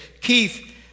keith